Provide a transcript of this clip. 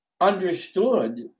understood